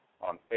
on